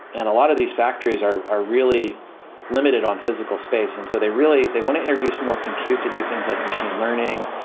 and a lot of these factories are are really limited on physical space. and so they really want to introduce more computer to do things like machine learning,